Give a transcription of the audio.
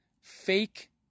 fake